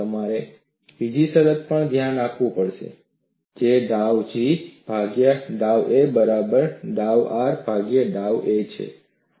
તમારે બીજી શરત પર પણ ધ્યાન આપવું પડશે જે ડાવ G ભાગ્યા ડાવ a બરાબર ડાવ R ભાગ્યા ડાવ a છે